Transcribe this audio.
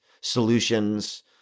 solutions